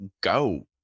go